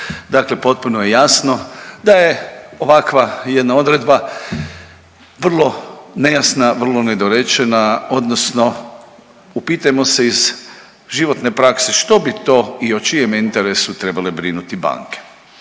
Dakle potpuno je jasno da je ovakva jedna odredba vrlo nejasna i vrlo nedorečena odnosno upitajmo se iz životne prakse što bi to i o čijem interesu trebale brinuti banke